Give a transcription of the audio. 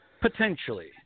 Potentially